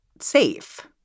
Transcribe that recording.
safe